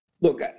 look